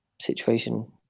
situation